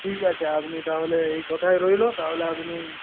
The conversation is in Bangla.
ঠিক আছে আপনি তাহলে এই কথাই রইল তাহলে আপনি